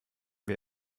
wir